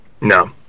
No